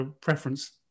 preference